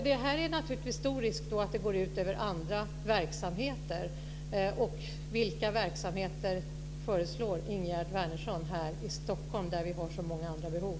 Det är naturligtvis stor risk för att det går ut över andra verksamheter. Vilka verksamheter föreslår Ingegerd Wärnersson här i Stockholm där vi har så många andra behov?